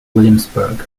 williamsburg